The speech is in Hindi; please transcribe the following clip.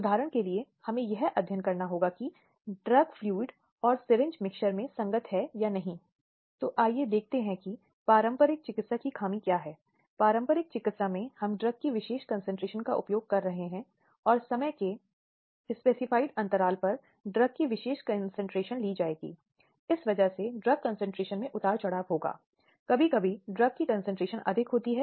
उल्लंघन या हस्तक्षेप या महिला के शरीर में प्रवेश चाहे वह किसी वस्तु या पुरुष के किसी अन्य भाग को सम्मिलित करने के द्वारा या मुंह के आवेदन आदि के द्वारा जहां उसका उल्लंघन किया जाता है